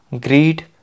greed